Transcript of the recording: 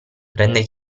rende